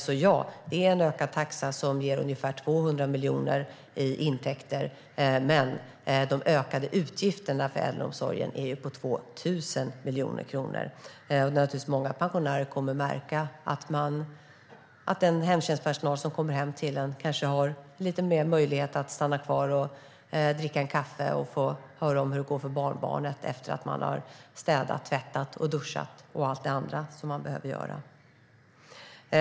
Det är alltså en ökad taxa som ger ungefär 200 miljoner i intäkter, men de ökade utgifterna för äldreomsorgen är 2 000 miljoner kronor. Det är naturligtvis många pensionärer som kommer att märka att den hemtjänstpersonal som kommer hem till en kanske har lite mer möjlighet att stanna kvar och dricka en kopp kaffe och få höra hur det går för barnbarnen efter att man har städat, tvättat, duschat och allt det andra som man behöver göra.